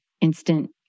instant